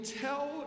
tell